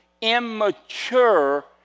immature